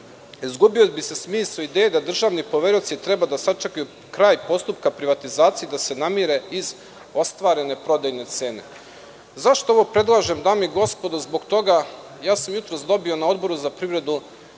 izgubio bi se smisao i ideja da državni poverioci treba da sačekaju kraj postupka privatizacije da se namire iz ostvarene prodajne cene.Zašto ovo predlažem, dame i gospodo? Zbog toga, jutros sam dobio na Odboru za privredu